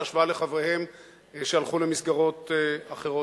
בהשוואה לחבריהם שהלכו למסגרות אחרות.